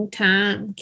time